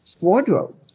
wardrobe